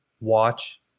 Watch